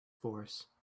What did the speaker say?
force